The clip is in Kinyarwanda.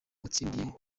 watsindiye